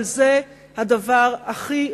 אבל זה הדבר הכי ריאלי,